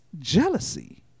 jealousy